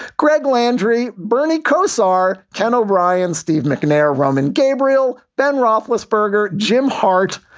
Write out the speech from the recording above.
greg landry. bernie kosar. ken o'brien, steve mcnair rumman. gabriel, ben roethlisberger, jim hart,